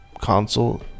console